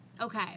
Okay